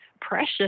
precious